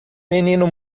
menino